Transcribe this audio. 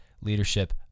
leadership